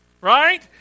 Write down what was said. right